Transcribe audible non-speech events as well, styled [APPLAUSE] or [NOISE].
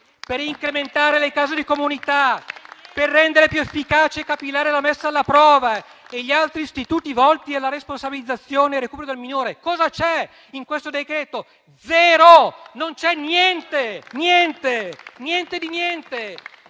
per incrementare le case di comunità, per rendere più efficace e capillare la messa alla prova e gli altri istituti volti alla responsabilizzazione e al recupero del minore. Cosa c'è in questo decreto? Zero, [APPLAUSE] non c'è niente, niente di niente.